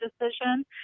decision